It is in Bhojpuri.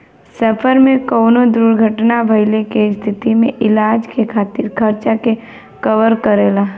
सफर में कउनो दुर्घटना भइले के स्थिति में इलाज के खातिर खर्चा के कवर करेला